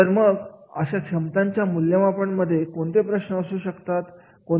तर मग या क्षमतांच्या मूल्यमापन मध्ये कोणते प्रश्न असू शकतात